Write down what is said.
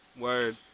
Word